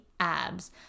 abs